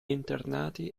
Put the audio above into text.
internati